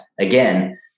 again